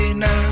now